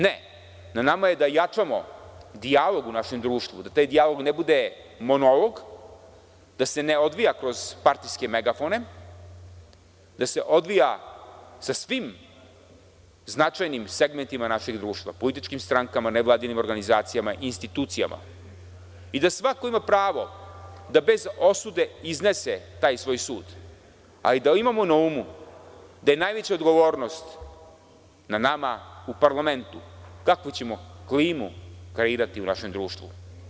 Ne, na nama je da jačamo dijalog u našem društvu, da taj dijalog ne bude monolog, da se ne odvija kroz partijske megafone, da se odvija sa svim značajnim segmentima našeg društva, političkim strankama, nevladinim organizacijama i institucijama i da svako ima pravo da bez osude iznese taj svoj sud, ali da imamo na umu da je najveća odgovornost na nama u parlamentu kakvu ćemo klimu kreirati u našem društvu.